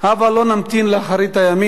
הבה לא נמתין לאחרית הימים,